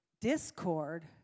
discord